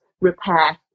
repair